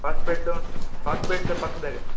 hospital hospital ಪಕ್ಕದಾಗೆ